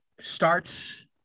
starts